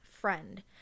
friend